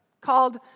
called